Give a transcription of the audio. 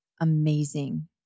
amazing